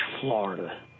Florida